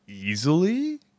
Easily